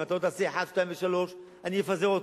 אם אתה לא תעשה 1, 2 ו-3, אני אפזר אותך.